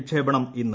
വിക്ഷേപണം ഇന്ന്